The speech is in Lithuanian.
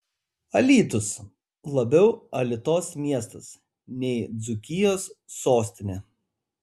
alytus labiau alitos miestas nei dzūkijos sostinė